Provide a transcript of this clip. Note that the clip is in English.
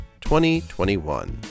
2021